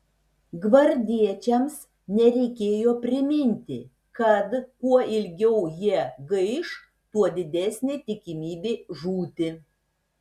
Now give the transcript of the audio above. gvardiečiams nereikėjo priminti kad kuo ilgiau jie gaiš tuo didesnė tikimybė žūti